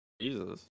Jesus